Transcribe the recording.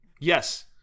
Yes